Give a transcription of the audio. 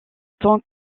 tant